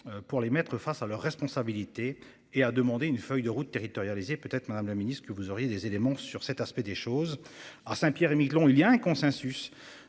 pour les mettre face à leurs responsabilités et a demandé une feuille de route territorialisée peut être Madame la Ministre que vous auriez des éléments sur cet aspect des choses à Saint-Pierre-et-Miquelon. Il y a un consensus